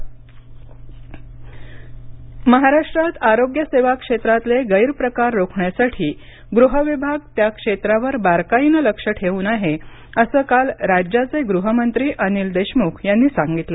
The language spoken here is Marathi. महाराष्ट्र देशमुख महाराष्ट्रात आरोग्य सेवा क्षेत्रातले गैरप्रकार रोखण्यासाठी गृह विभाग त्या क्षेत्रावर बारकाईनं लक्ष ठेवून आहे असं काल राज्याचे गृहमंत्री अनिल देशमुख यांनी सांगितलं